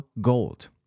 gold